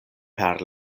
per